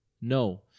No